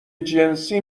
جنسی